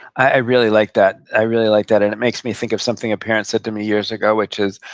i really like that. i really like that, and it makes me think of something a parent said to me years ago, which is,